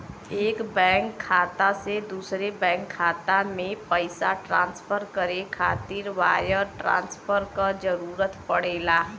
एक बैंक खाता से दूसरे बैंक खाता में पइसा ट्रांसफर करे खातिर वायर ट्रांसफर क जरूरत पड़ेला